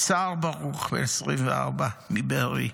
את סער ברוך, בן 24, מבארי.